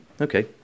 Okay